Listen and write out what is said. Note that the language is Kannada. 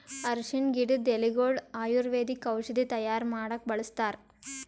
ಅರ್ಷಿಣ್ ಗಿಡದ್ ಎಲಿಗೊಳು ಆಯುರ್ವೇದಿಕ್ ಔಷಧಿ ತೈಯಾರ್ ಮಾಡಕ್ಕ್ ಬಳಸ್ತಾರ್